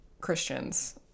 Christians